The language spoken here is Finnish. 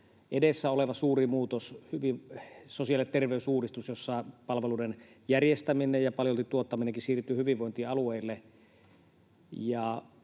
edessä oleva suuri muutos, sosiaali- ja terveysuudistus, jossa palveluiden järjestäminen ja paljolti tuottaminenkin siirtyy hyvinvointialueille.